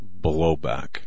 blowback